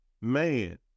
Man